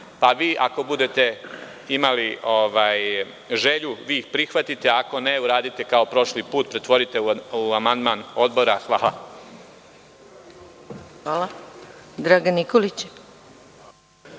a vi ako budete imali želju, vi ih prihvatite, a ako ne, uradite kao prošli put, pretvorite u amandman odbora. Hvala. **Maja Gojković**